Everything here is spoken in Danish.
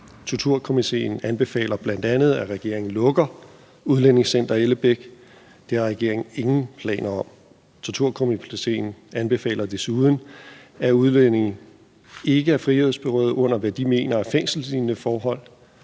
Torturkomiteen anbefaler bl.a., at regeringen lukker Udlændingecenter Ellebæk. Det har regeringen ingen planer om. Torturkomiteen anbefaler desuden, at udlændinge ikke er frihedsberøvet under, hvad de mener er fængselslignende forhold.